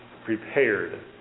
prepared